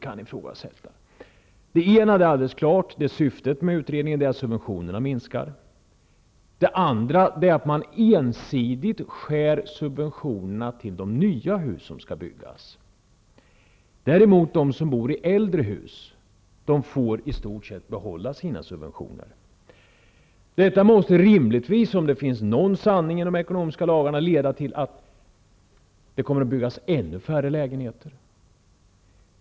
En slutsats är, och det gäller då syftet med utredningen, helt klart att subventionerna minskar. Vidare skär man ensidigt beträffande subventionerna till nya hus som skall byggas. Däremot får de som bor i äldre hus i stort sett behålla sina subventioner. Detta måste rimligtvis, om det finns någon sanning i de ekonomiska lagarna, leda till att det kommer att byggas ännu färre lägenheter.